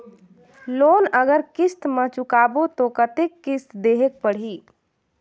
Loan अगर किस्त म चुकाबो तो कतेक किस्त देहेक पढ़ही?